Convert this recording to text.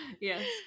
Yes